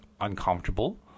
uncomfortable